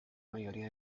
mayoría